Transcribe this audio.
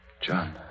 John